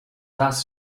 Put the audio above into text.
does